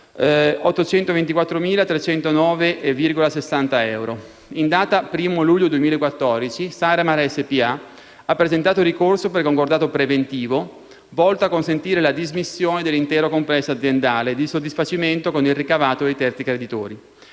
(824.309,60 euro). In data 1° luglio 2014 Saremar SpA ha presentato ricorso per concordato preventivo volto a consentire la dismissione dell'intero complesso aziendale ed il soddisfacimento con il ricavato dei terzi creditori.